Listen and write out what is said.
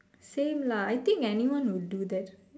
same lah I think anyone would do that